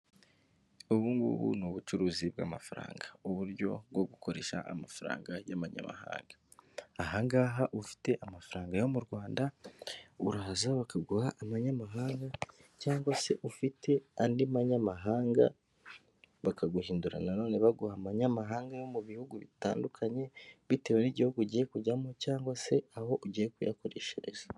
Ubungubu ni ubucuruzi bw'amafaranga, uburyo bwo gukoresha amafaranga y'amanyamahanga, ahangaha ufite amafaranga yo mu Rwanda uraza bakaguha abanyamahanga cyangwa se ufite andi manyamahanga bakaguhindura nanone baguha amanyamahanga yo mu bihugu bitandukanye bitewe n'igihugu ugiye kujyamo cyangwa se aho ugiye kuyakoreshereza.